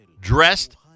dressed